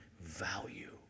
Value